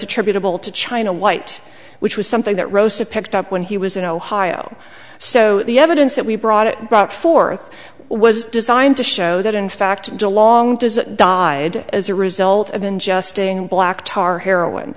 attributable to china white which was something that rossa picked up when he was in ohio so the evidence that we brought it brought forth was designed to show that in fact the long does that died as a result of ingesting black tar heroin